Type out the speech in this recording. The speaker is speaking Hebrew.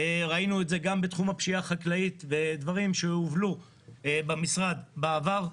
ראינו את זה גם בתחום הפשיעה החקלאית בדברים שהובלו במשרד בעבר.